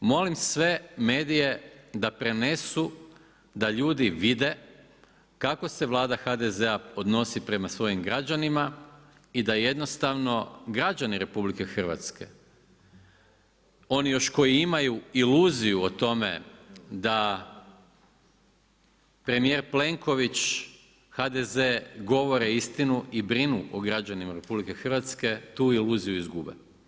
Molim sve medije da prenesu da ljudi vide kako se Vlada HDZ-a odnosi prema svojim građanima i da jednostavno građani RH, oni koji još imaju iluziju o tome da premijer Plenković, HDZ govore istinu i brine o građanima RH tu iluziju izgube.